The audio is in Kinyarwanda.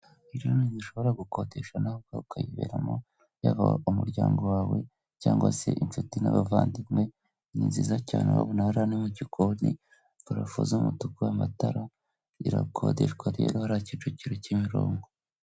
Iriya ni inzu ushobora gukodesha nawe ubwawe ukayiberamo, yaba umuryango wawe cyangwa se inshuti n'abavandimwe. Ni nziza cyane urahabona hariya ni mugikoni, parafo z'umutuku, amatara, irakodeshwa rero hariya Kicukiro-Kimironko.